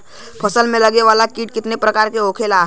फसल में लगे वाला कीट कितने प्रकार के होखेला?